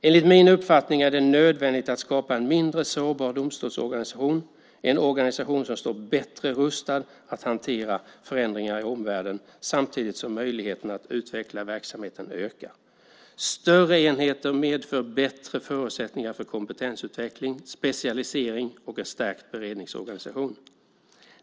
Enligt min uppfattning är det nödvändigt att skapa en mindre sårbar domstolsorganisation - en organisation som står bättre rustad att hantera förändringar i omvärlden samtidigt som möjligheterna att utveckla verksamheten ökar. Större enheter medför bättre förutsättningar för kompetensutveckling, specialisering och en stärkt beredningsorganisation.